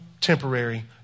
temporary